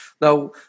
Now